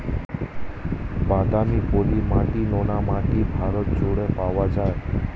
বাদামি, পলি মাটি, নোনা মাটি ভারত জুড়ে পাওয়া যায়